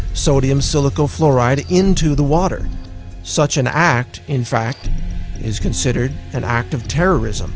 sodium silicate fluoride into the water such an act in fact is considered an act of terrorism